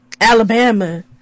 Alabama